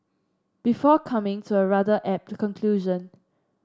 before coming to a rather apt conclusion